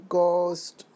Ghost